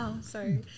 sorry